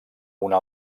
una